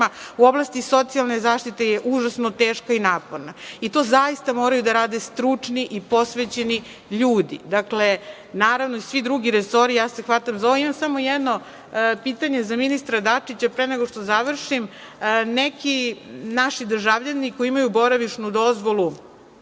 u oblasti socijalne zaštite je užasno teška i naporna. I to zaista moraju da rade stručni i posvećeni ljudi, naravno, i svi drugi resori. Imam samo jedno pitanje za ministra Dačića pre nego što završim. Neki naši državljani koji imaju boravišnu dozvolu